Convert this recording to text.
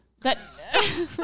that-